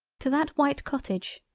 to that white cottage.